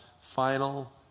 final